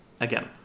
again